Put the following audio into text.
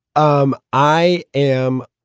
um i am.